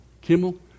Kimmel